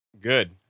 Good